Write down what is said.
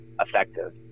effective